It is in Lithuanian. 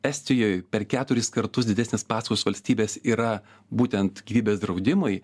estijoj per keturis kartus didesnės paskatos valstybės yra būtent gyvybės draudimui